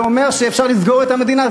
וזה אומר שאפשר לסגור את המדינה.